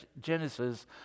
Genesis